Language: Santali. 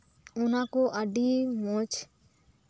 ᱚᱱᱟ ᱠᱚ ᱟᱹᱰᱤ ᱢᱚᱸᱡᱽ